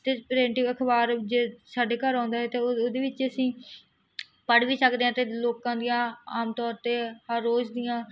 ਅਤੇ ਪ੍ਰਿੰਟਗ ਅਖਬਾਰ ਜੇ ਸਾਡੇ ਘਰ ਆਉਂਦਾ ਹੈ ਤਾਂ ਉਹਦੇ ਵਿੱਚ ਅਸੀਂ ਪੜ੍ਹ ਵੀ ਸਕਦੇ ਹਾਂ ਅਤੇ ਲੋਕਾਂ ਦੀਆਂ ਆਮ ਤੌਰ 'ਤੇ ਹਰ ਰੋਜ਼ ਦੀਆਂ